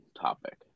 topic